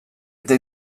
eta